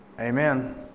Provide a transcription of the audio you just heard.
Amen